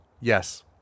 Yes